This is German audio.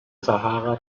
sahara